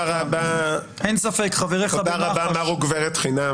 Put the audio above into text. תודה רבה, מר וגברת חינם.